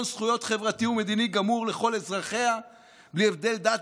זכויות חברתי ומדיני גמור לכל אזרחיה בלי הבדל דת,